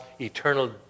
eternal